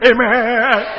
Amen